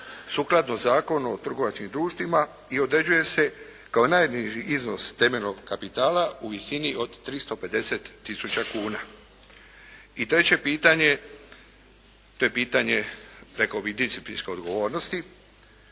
sukladno Zakonu o trgovačkim društvima i određuje se kao najniži iznos temeljnog kapitala u visini od 350 tisuća kuna. I treće pitanje, to je pitanje rekao bih disciplinske odgovornosti,